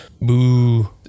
boo